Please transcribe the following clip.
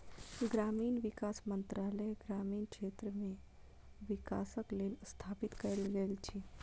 ग्रामीण विकास मंत्रालय ग्रामीण क्षेत्र मे विकासक लेल स्थापित कयल गेल अछि